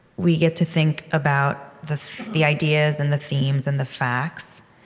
we get to think about the the ideas and the themes and the facts.